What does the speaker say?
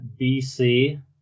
BC